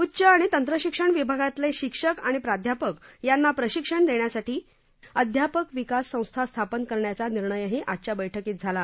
उच्च आणि तंत्रशिक्षण विभागातले शिक्षक आणि प्राध्यापक यांना प्रशिक्षण देण्यासाठी अध्यापक विकास संस्था स्थापन करण्याचा निर्णयही आजच्या बैठकीत झाला